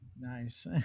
Nice